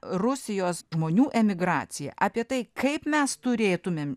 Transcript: rusijos žmonių emigraciją apie tai kaip mes turėtumėm